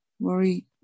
worry